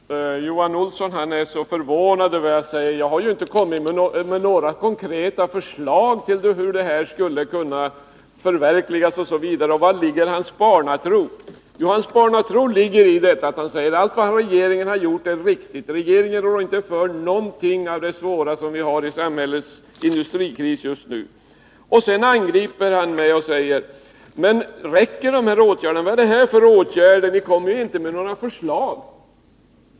Herr talman! Johan Olsson är så förvånad över det jag säger och över att jaginte har kommit med några konkreta förslag till hur den här frågan skulle kunna förverkligas. Han vill också veta vari jag anser att hans barnatro ligger. Jo, hans barnatro ligger i att han säger att allt vad regeringen har gjort är riktigt. Regeringen rår inte för någonting av den svåra industrikris vi har i samhället just nu. Sedan angriper Johan Olsson mig och säger: Räcker de här åtgärderna? Vad är det för åtgärder? Ni kom inte med några förslag.